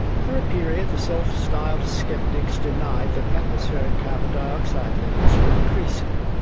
for a period the self-styled sceptics denied that atmospheric carbon-dioxide levels were increasing,